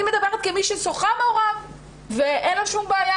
אני מדברת כמי ששוחה מעורב ואין לה שום בעיה,